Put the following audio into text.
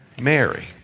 Mary